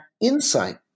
insight